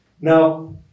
Now